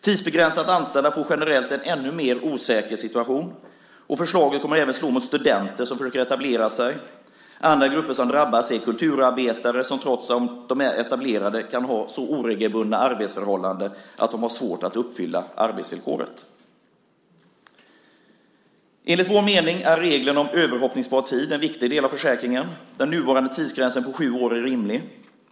Tidsbegränsat anställda får generellt en ännu mer osäker situation, och förslaget kommer även att slå mot studenter som försöker etablera sig. Andra grupper som drabbas är kulturarbetare, som trots att de är etablerade kan ha så oregelbundna arbetsförhållanden att de har svårt att uppfylla arbetsvillkoren. Enligt vår mening är regeln om överhoppningsbar tid en viktig del av försäkringen. Den nuvarande tidsgränsen på sju år är rimlig.